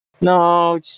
no